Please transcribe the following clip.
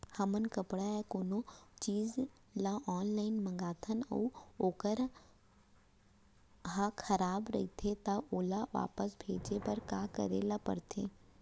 हमन कपड़ा या कोनो चीज ल ऑनलाइन मँगाथन अऊ वोकर ह खराब रहिये ता ओला वापस भेजे बर का करे ल पढ़थे?